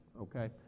okay